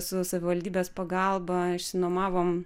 su savivaldybės pagalba išsinuomavom